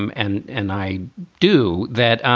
um and and i do that